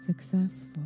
Successful